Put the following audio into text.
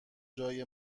جای